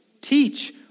Teach